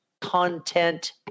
content